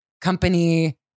company